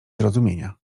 zrozumienia